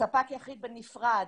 ספק יחיד בנפרד